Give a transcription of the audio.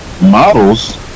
models